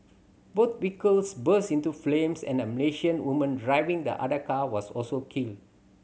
both vehicles burst into flames and a Malaysian woman driving the other car was also killed